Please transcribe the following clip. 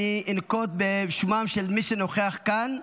אני אנקוב בשמם של מי שנוכחים כאן.